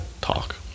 talk